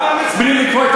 בלי לקרוא את